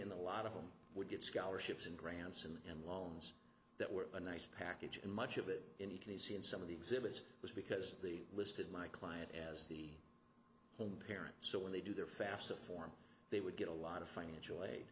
and a lot of them would get scholarships and grants and loans that were a nice package and much of it you can see in some of the exhibits was because the listed my client as the home parent so when they do their fafsa form they would get a lot of financial aid